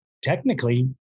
technically